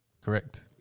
Correct